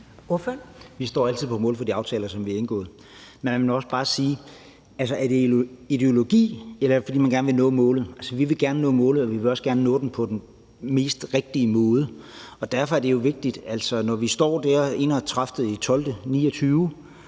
Vi står altid på mål for de aftaler, som vi har indgået. Men man må også bare sige: Altså, er det ideologi, eller er det, fordi man gerne vil nå målet? Vi vil gerne nå målet, og vi vil også gerne nå det på den mest rigtige måde. Og derfor er det vigtigt, at når vi står der den 31.